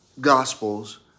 gospels